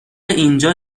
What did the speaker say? اینجا